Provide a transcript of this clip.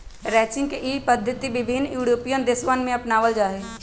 ranching के ई पद्धति विभिन्न यूरोपीयन देशवन में अपनावल जाहई